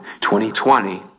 2020